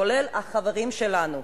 כולל החברים שלנו,